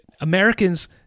Americans